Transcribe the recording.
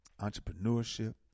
entrepreneurship